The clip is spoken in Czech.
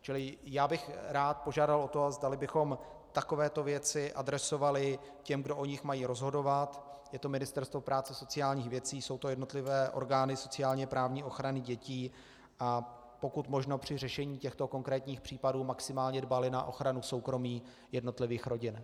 Čili já bych rád požádal o to, zdali bychom takové věci adresovali těm, kdo o nich mají rozhodovat, je to Ministerstvo práce a sociálních věcí, jsou to jednotlivé orgány sociálněprávní ochrany dětí, a pokud možno při řešení těchto konkrétních případů maximálně dbali na ochranu soukromí jednotlivých rodin.